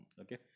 okay